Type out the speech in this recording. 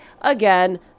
again